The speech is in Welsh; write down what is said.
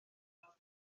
gafodd